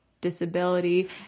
disability